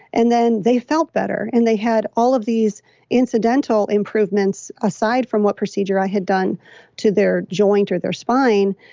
and then they felt better. and they had all of these incidental improvements aside from what procedure i had done to their joint or their spine.